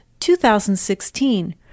2016